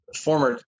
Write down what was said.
former